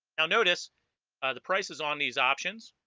now notice the price is on these options